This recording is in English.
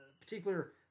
particular